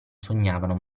sognavano